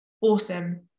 awesome